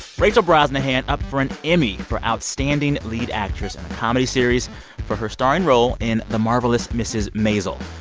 rachel brosnahan up for an emmy for outstanding lead actress in a comedy series for her starring role in the marvelous mrs. maisel.